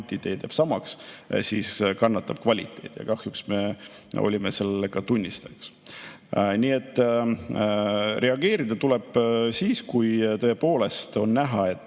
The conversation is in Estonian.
kvantiteet jääb samaks, kannatab kvaliteet ja kahjuks me olime selle tunnistajaks. Nii et reageerida tuleb siis, kui tõepoolest on näha,